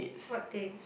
what thing